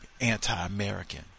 anti-American